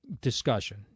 discussion